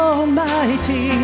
Almighty